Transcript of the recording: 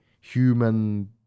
human